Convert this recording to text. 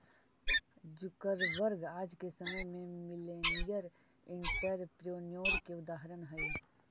Zuckerberg आज के समय में मिलेनियर एंटरप्रेन्योर के उदाहरण हई